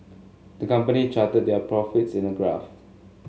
the company charted their profits in a graph